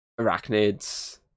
Arachnids